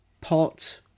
pot